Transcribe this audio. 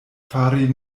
fari